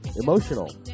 Emotional